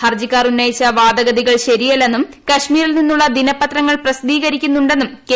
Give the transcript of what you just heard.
ഹർജിക്കാർ ഉന്നയിച്ച വാദഗതികൾ ശരിയല്ലെന്നും കാശ്മീരിൽ നിന്നുള്ള ദിനപത്രങ്ങൾ പ്രസിദ്ധീകരിക്കുന്നുണ്ടെന്നും കെ